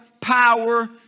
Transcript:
power